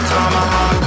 Tomahawk